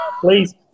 Please